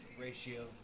ratio